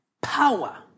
power